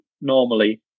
normally